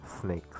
Snakes